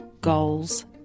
goals